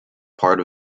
part